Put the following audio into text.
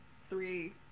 three